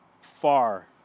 far